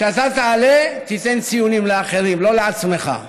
כשאתה תעלה, תיתן ציונים לאחרים, לא לעצמך.